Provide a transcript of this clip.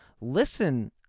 listen